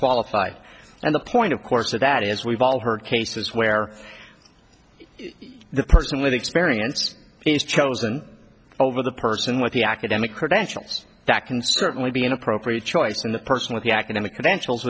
qualified and the point of course so that is we've all heard cases where the person with experience is chosen over the person with the academic credentials that can certainly be an appropriate choice and the person with the academic credentials